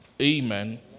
Amen